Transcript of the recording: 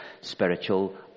spiritual